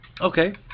Okay